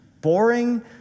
Boring